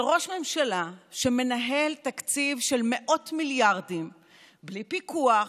של ראש ממשלה שמנהל תקציב של מאות מיליארדים בלי פיקוח,